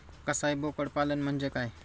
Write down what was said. कसाई बोकड पालन म्हणजे काय?